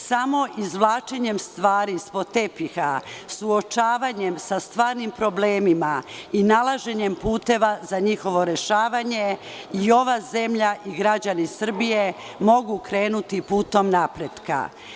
Samo izvlačenjem stvari ispod tepiha, suočavanjem sa stvarnim problemima i nalaženjem puteva za njihovo rešavanje, ova zemlja i građani Srbije mogu krenuti putem napretka.